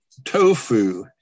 Tofu